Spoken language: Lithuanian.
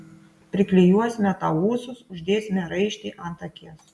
priklijuosime tau ūsus uždėsime raištį ant akies